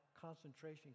concentration